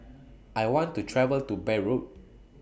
I want to travel to Beirut